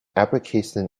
application